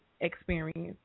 experience